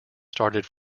started